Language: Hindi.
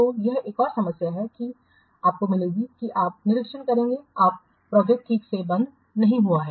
तो यह एक और समस्या है जो आपको मिलेगी कि आप निरीक्षण करेंगे अगर प्रोजेक्टस ठीक से बंद नहीं हुई हैं